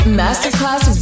masterclass